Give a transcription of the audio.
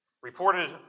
reported